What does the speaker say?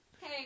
Hey